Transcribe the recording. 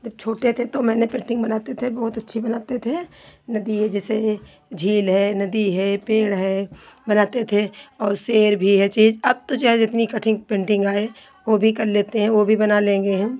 जब छोटे थे तो मैंने पेन्टिंग बनाते थे बहुत अच्छी बनाते थे नदी है जैसे झील है नदी है पेड़ है बनाते थे और शेर भी है चीज़ अब तो चाहे जितनी कठिन पेन्टिंग आए वो भी कर लेते हैं वो भी बना लेंगे हम